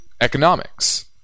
economics